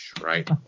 right